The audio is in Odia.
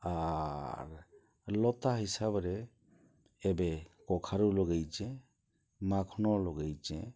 ଆର୍ ଲତା ହିସାବ୍ରେ ଏବେ କଖାରୁ ଲଗେଇଛେଁ ମାଖ୍ନ ଲଗେଇଛେଁ